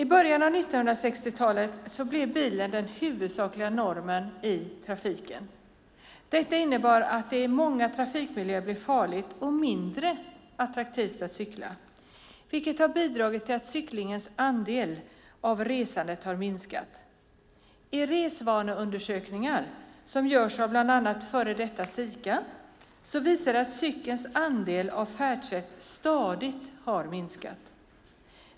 I början av 1960-talet blev bilen den huvudsakliga normen i trafiken. Detta innebar att det i många trafikmiljöer blev farligt och mindre attraktivt att cykla, vilket bidragit till att cyklingens andel av resandet har minskat. Resvaneundersökningar som görs av bland annat före detta Sika visar att cykelns andel som färdsätt stadigt har minskat.